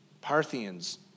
Parthians